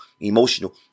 emotional